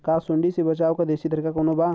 का सूंडी से बचाव क देशी तरीका कवनो बा?